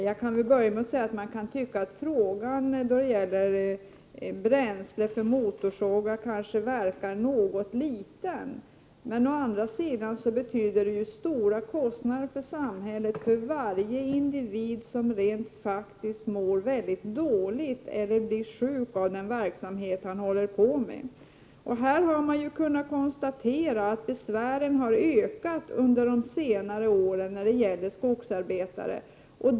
Jag kan börja med att säga att frågan om bränsle för motorsågar kan verka liten, men å andra sidan innebär det ju stora kostnader för samhället för varje individ som faktiskt mår mycket dåligt eller blir sjuk av verksamheten. Man har ju kunnat konstatera att skogsarbetarnas besvär har ökat under de senaste åren.